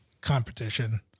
competition